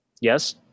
Yes